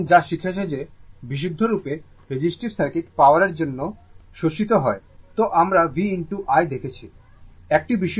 সুতরাং যা শিখেছে যে বিশুদ্ধভাবে রেজিস্টিভ সার্কিট পাওয়ারের জন্য শোষিত হয় তা আমরা v I দেখেছি